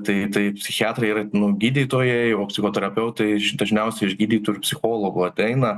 tai tai psichiatrai yra gydytojai o psichoterapeutai dažniausiai iš gydytojų ir psichologų ateina